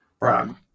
right